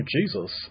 Jesus